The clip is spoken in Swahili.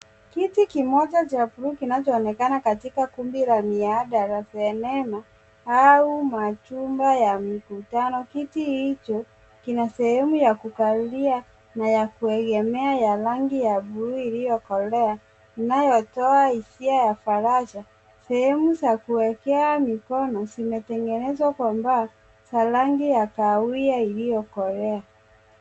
Kiti kimoja cha bluu kinachoonekana katika kundi la miadara ya neno au machuma ya mikutano. Kiti hicho kina sehemu ya kukalia na ya kuegemea ya rangi ya bluu iliyokolea inayotoa hisia ya faraja. Sehemu za kuekea mikono zimetengenezwa kwa mbao za rangi ya kahawia iliyokolea.